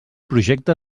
projecte